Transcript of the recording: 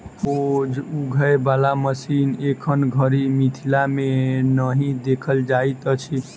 बोझ उघै बला मशीन एखन धरि मिथिला मे नहि देखल जाइत अछि